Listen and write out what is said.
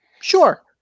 Sure